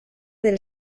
del